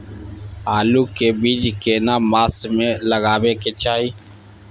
आलू के बीज केना मास में लगाबै के चाही?